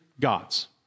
God's